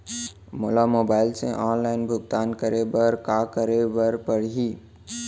मोला मोबाइल से ऑनलाइन भुगतान करे बर का करे बर पड़ही?